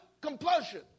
compulsion